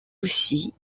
aussi